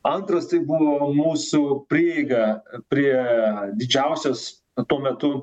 antras tai buvo mūsų prieiga prie didžiausios tuo metu